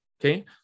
okay